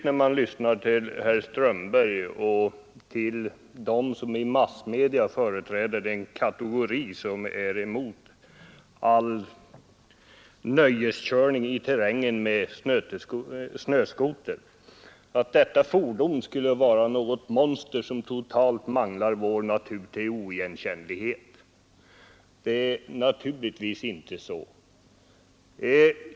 När man lyssnar till herr Strömberg och till dem som i massmedia företräder den kategori som är emot all nöjeskörning i terrängen med snöskoter får man den uppfattningen att detta fordon är något slags monster som manglar vår natur till oigenkännlighet. Så är det naturligtvis inte.